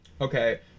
okay